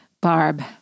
Barb